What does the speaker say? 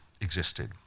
existed